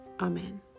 Amen